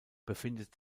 befindet